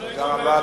תודה רבה.